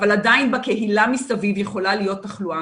אבל עדיין בקהילה מסביב יכולה להיות תחלואה